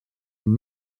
een